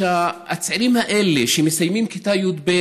שהצעירים האלה שמסיימים כיתה י"ב,